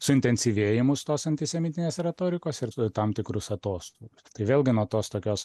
suintensyvėjimus tos antisemitinės retorikos ir tam tikrus atoslūgius tai vėlgi nuo tos tokios